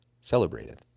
celebrated